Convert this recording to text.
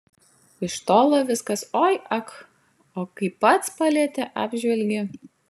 iš tolo viskas oi ak o kai pats palieti apžvelgi